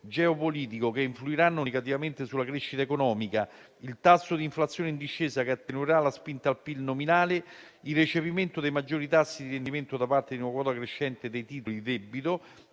geopolitico, che influiranno negativamente sulla crescita economica; il tasso di inflazione in discesa, che attenuerà la spinta al PIL nominale; il recepimento dei maggiori tassi di rendimento da parte di una quota crescente dei titoli debito,